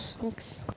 thanks